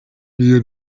niyo